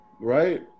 right